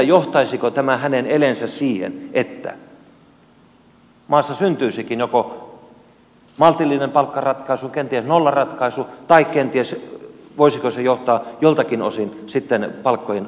johtaisiko tämä hänen eleensä siihen että maassa syntyisikin joko maltillinen palkkaratkaisu kenties nollaratkaisu tai kenties voisiko se johtaa joltakin osin sitten palkkojen alennukseen